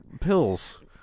pills